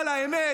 אבל האמת,